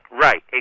Right